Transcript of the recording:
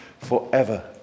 Forever